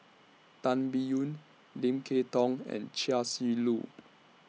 Tan Biyun Lim Kay Tong and Chia Shi Lu